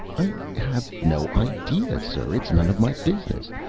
i have no idea, sir. it's none of my business.